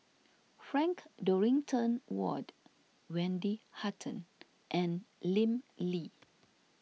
Frank Dorrington Ward Wendy Hutton and Lim Lee